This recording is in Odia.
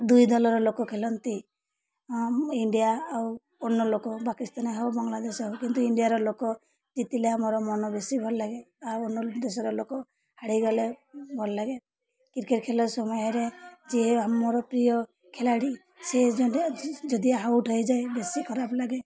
ଦୁଇ ଦଳର ଲୋକ ଖେଳନ୍ତି ଇଣ୍ଡିଆ ଆଉ ଅନ୍ୟ ଲୋକ ପାକିସ୍ତାନ ହେଉ ବାଙ୍ଗଲାଦେଶ ହଉ କିନ୍ତୁ ଇଣ୍ଡିଆର ଲୋକ ଜିତିଲେ ଆମର ମନ ବେଶୀ ଭଲ ଲାଗେ ଆଉ ଅନ୍ୟ ଦେଶର ଲୋକ ହାରିଗଲେ ଭଲ ଲାଗେ କ୍ରିକେଟ ଖେଳ ସମୟରେ ଯିଏ ମୋର ପ୍ରିୟ ଖେଳାଳି ସିଏ ଯଦି ଆଉଟ୍ ହେଇଯାଏ ବେଶୀ ଖରାପ ଲାଗେ